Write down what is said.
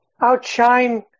outshine